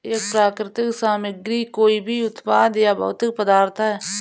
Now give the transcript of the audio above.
एक प्राकृतिक सामग्री कोई भी उत्पाद या भौतिक पदार्थ है